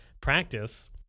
practice